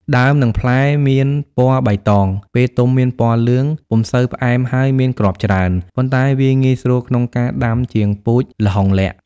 ដើម និងផ្លែមានពណ៌បៃតង ពេលទុំមានពណ៌លឿង ពុំសូវផ្អែមហើយមានគ្រាប់ច្រើន ប៉ុន្តែវាងាយស្រួលក្នុងការដាំជាងពូជល្ហុងលក្ខ័ ។